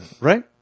right